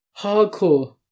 hardcore